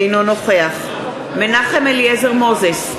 אינו נוכח מנחם אליעזר מוזס,